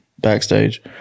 backstage